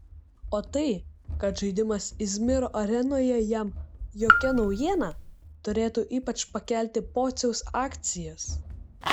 o tai kad žaidimas izmiro arenoje jam jokia naujiena turėtų ypač pakelti pociaus akcijas